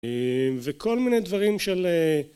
וכל מיני דברים של